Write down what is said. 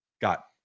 got